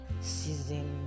season